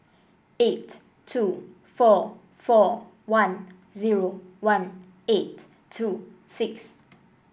eight two four four one zero one eight two six